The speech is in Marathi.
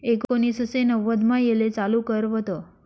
एकोनिससे नव्वदमा येले चालू कर व्हत